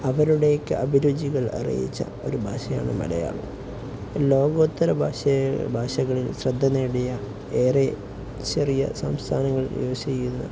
അവരുടെയൊക്കെ അഭിരുചികൾ അറിയിച്ച ഒരു ഭാഷയാണ് മലയാളം ലോകോത്തര ഭാഷകളിൽ ശ്രദ്ധ നേടിയ ഏറെ ചെറിയ സംസ്ഥാനങ്ങൾ യൂസ് ചെയ്യുന്ന